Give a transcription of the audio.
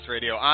Radio